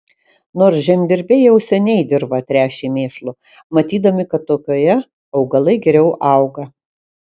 nors žemdirbiai jau seniai dirvą tręšė mėšlu matydami kad tokioje augalai geriau auga